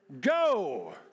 go